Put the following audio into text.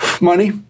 Money